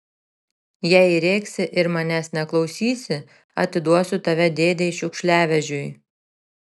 jei rėksi ir manęs neklausysi atiduosiu tave dėdei šiukšliavežiui